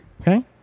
Okay